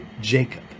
Jacob